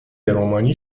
رومانی